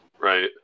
Right